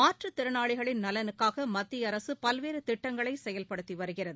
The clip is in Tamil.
மாற்றுத்திறனாளிகளின் நலனுக்காகமத்தியஅரசுபல்வேறுதிட்டங்களைசெயல்படுத்திவருகிறது